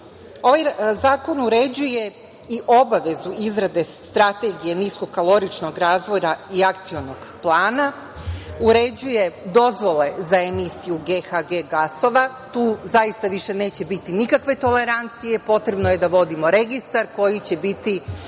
zakon uređuje i obavezu izrade Strategije niskokaloričnog razvoja i Akcionog plana, uređuje dozvole za Emisiju GHG gasova, tu zaista više neće biti nikakve tolerancije, potrebno je da vodimo registar koji će biti